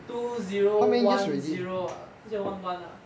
two zero one zero ah two zero one one ah